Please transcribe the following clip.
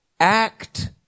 Act